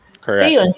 Correct